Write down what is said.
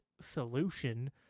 solution